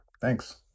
Thanks